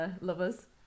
lovers